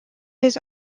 his